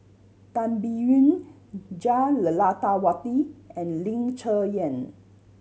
Tan Biyun Jah Lelawati and Ling Cher Eng